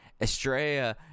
Estrella